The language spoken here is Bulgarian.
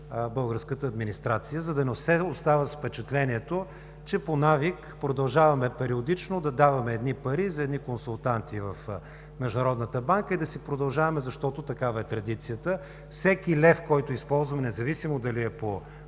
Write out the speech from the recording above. българската администрация, за да не се остава с впечатлението, че по навик продължаваме периодично да даваме едни пари за едни консултанти в Международната банка и да си продължаваме, защото такава е традицията. Всеки лев, който е използван, независимо дали е по